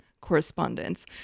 correspondence